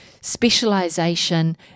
specialization